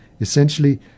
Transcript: Essentially